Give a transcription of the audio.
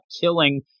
killing